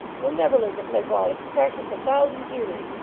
you ll never learn to play ball if you practice a thousand years.